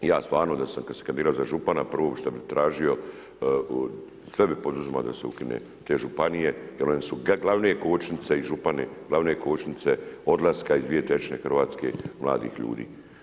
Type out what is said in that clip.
Ja stvarno da sam kad se kandidirao za župana, prvo što bi tražio, sve bi poduzimao da se ukinu te županije jer one su glavne kočnice i župani, glavne kočnice odlaska 2/3 iz Hrvatske mladih ljudi.